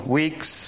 weeks